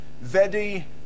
Vedi